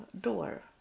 door